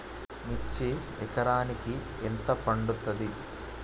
మిర్చి ఎకరానికి ఎంత పండుతది?